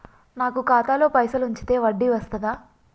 నాకు ఖాతాలో పైసలు ఉంచితే వడ్డీ వస్తదా?